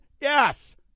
Yes